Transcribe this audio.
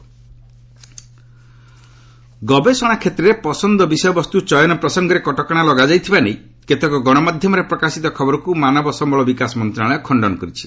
HRD research ଗବେଷଣା କ୍ଷେତ୍ରରେ ପସନ୍ଦ ବିଷୟବସ୍ତୁ ଚୟନ ପ୍ରସଙ୍ଗରେ କଟକଣା ଲଗାଯାଇଥିବା ନେଇ କେତେକ ଗଣମାଧ୍ୟମରେ ପ୍ରକାଶିତ ଖବରକୁ ମାନବ ସମ୍ଭଳ ବିକାଶ ମନ୍ତ୍ରଣାଳୟ ଖଣ୍ଡନ କରିଛି